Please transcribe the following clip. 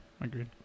agreed